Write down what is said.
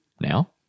now